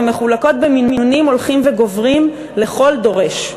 ומחולקות במינונים הולכים וגוברים לכל דורש,